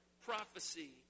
prophecy